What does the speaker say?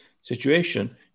situation